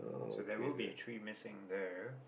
so there will be a tree missing there